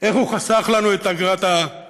איך הוא חסך לנו את אגרת השידור.